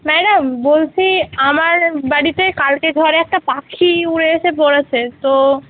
madam বলছি আমার বাড়িতে কালকে ঝড়ে একটা পাখি উড়ে এসে পড়েছে তো